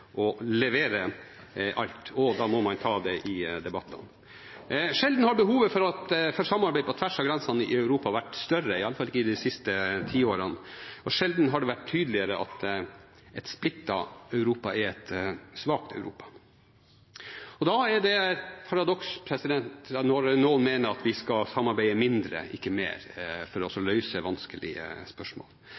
å levere alt, og da må man ta det i debattene. Sjelden har behovet for samarbeid på tvers av grensene i Europa vært større, iallfall ikke de siste tiårene, og sjelden har det vært tydeligere at et splittet Europa er et svakt Europa. Da er det et paradoks når noen mener at vi skal samarbeide mindre, ikke mer, for å løse vanskelige spørsmål.